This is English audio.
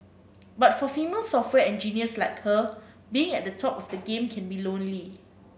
but for female software engineers like her being at the top of the game can be lonely